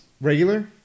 Regular